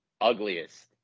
Ugliest